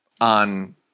on